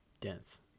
dense